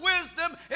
wisdom